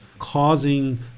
causing